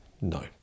no